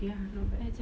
okay ah not bad